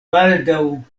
baldaŭ